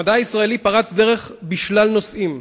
המדע הישראלי פרץ דרך בשלל נושאים: